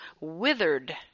withered